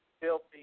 filthy